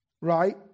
right